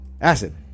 Acid